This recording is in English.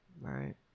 Right